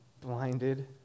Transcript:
blinded